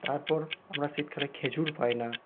তারপর আমরা শীতকালে খেজুর পাই না